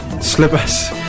Slippers